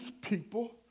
people